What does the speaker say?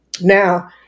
now